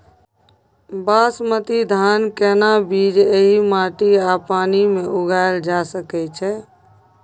बासमती धान के केना बीज एहि माटी आ पानी मे उगायल जा सकै छै?